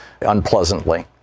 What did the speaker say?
unpleasantly